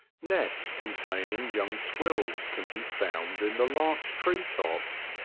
nests containing young squirrels can be found in the larch tree tops,